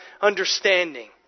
understanding